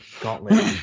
gauntlet